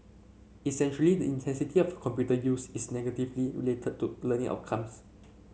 essentially the intensity of computer use is negatively related to learning outcomes